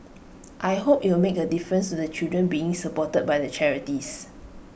I hope IT will make A difference to the children being supported by the charities